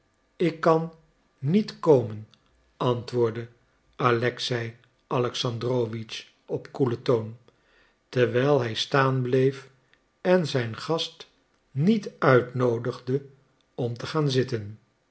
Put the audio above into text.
ik kan niet komen antwoordde alexei alexandrowitsch op koelen toon terwijl hij staan bleef en zijn gast niet uitnoodigde om te gaan zitten